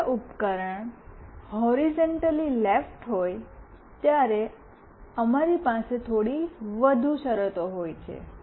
જ્યારે device horizontally left હોય ત્યારે અમારી પાસે થોડી વધુ શરતો છે